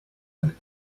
than